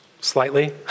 slightly